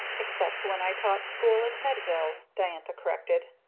except when i taught school at medville, diantha corrected.